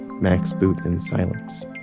macs boot in silence